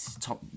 top